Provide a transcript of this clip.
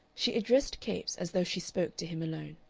she addressed capes as though she spoke to him alone.